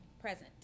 Present